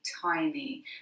tiny